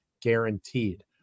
guaranteed